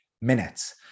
minutes